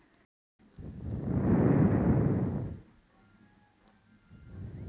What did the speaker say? corporate वित्त में पूंजी संरचना सब फंड के मिलल रूप होला